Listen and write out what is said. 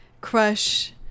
crush